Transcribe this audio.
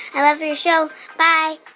i love your show. bye